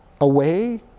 away